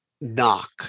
knock